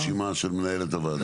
אני הולך לפי הרשימה של מנהלת הוועדה.